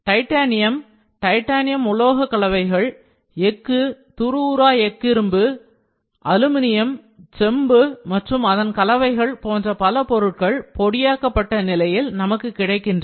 titanium titanium உலோகக் கலவைகள் எஃகு துருவுறா எஃகிரும்பு அலுமினியம் செம்பு மற்றும் அதன் கலவைகள் போன்ற பல பொருட்கள் பொடியாக்கப்பட்ட நிலையில் நமக்கு கிடைக்கின்றன